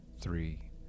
three